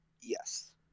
Yes